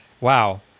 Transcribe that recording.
Wow